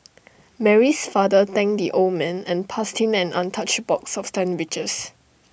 Mary's father thanked the old man and passed him an untouched box of sandwiches